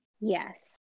Yes